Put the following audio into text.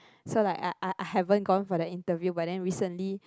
so like I I haven't gone for the interview but then recently